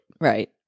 Right